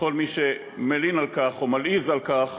וכל מי שמלין על כך או מלעיז על כך,